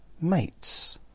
Mates